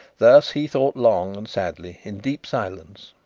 thus he thought long and sadly, in deep silence,